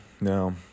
No